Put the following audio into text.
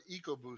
EcoBoost